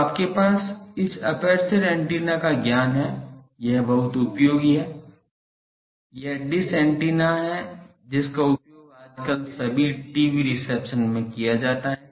तो आपके पास इस एपर्चर एंटीना का ज्ञान है यह बहुत उपयोगी है यह डिश एंटीना है जिसका उपयोग आजकल सभी टीवी रिसेप्शन में भी किया जाता है